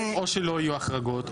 או שלא יהיו החרגות.